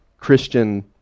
Christian